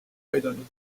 aidanud